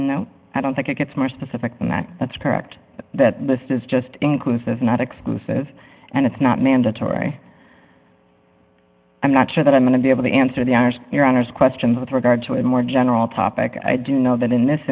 there's no i don't think it gets more specific than that that's correct but that this is just inclusive not exclusive and it's not mandatory i'm not sure that i'm going to be able to answer the hours your honour's questions with regard to a more general topic i do know that in this